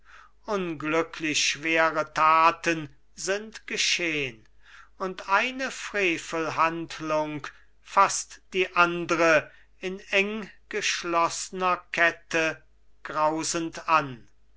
unglücklich schwere taten sind geschehn und eine frevelhandlung faßt die andre in enggeschloßner kette grausend an